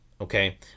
okay